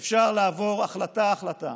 אפשר לעבור החלטה-החלטה,